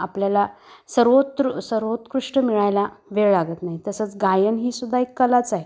आपल्याला सर्वोतृ सर्वोत्कृष्ट मिळायला वेळ लागत नाही तसंच गायन ही सुद्धा एक कलाच आहे